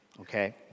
Okay